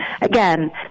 again